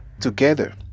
together